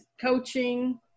coaching